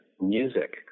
music